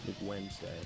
Wednesday